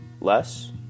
Less